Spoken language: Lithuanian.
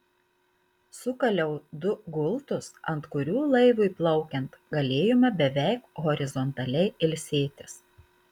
sukaliau du gultus ant kurių laivui plaukiant galėjome beveik horizontaliai ilsėtis